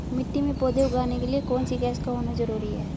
मिट्टी में पौधे उगाने के लिए कौन सी गैस का होना जरूरी है?